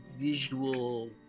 visual